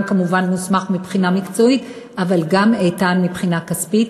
גם כמובן מוסמך מבחינה מקצועית אבל גם איתן מבחינה כספית.